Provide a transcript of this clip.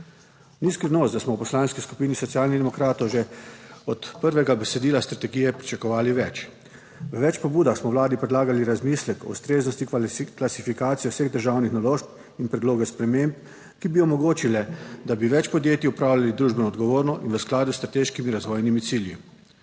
Ni skrivnost, da smo v Poslanski skupini Socialnih demokratov že od prvega besedila strategije pričakovali več. V več pobudah smo vladi predlagali razmislek o ustreznosti klasifikacije vseh državnih naložb in predloge sprememb, ki bi omogočile, da bi več podjetij opravljali družbeno odgovorno in v skladu s strateškimi razvojnimi cilji.